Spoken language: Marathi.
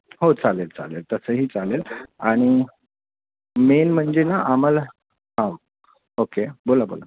हो चालेल चालेल तसंही चालेल आणि मेन म्हणजे ना आम्हाला हा ओके बोला बोला